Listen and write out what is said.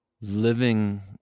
living